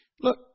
Look